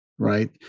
Right